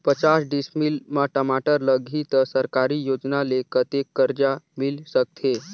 पचास डिसमिल मा टमाटर लगही त सरकारी योजना ले कतेक कर्जा मिल सकथे?